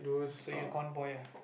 so you con boy ah